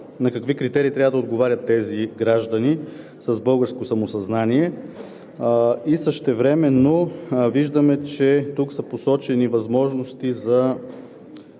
на какви критерии трябва да отговарят тези граждани с българско самосъзнание, и същевременно виждаме, че тук са посочени възможности за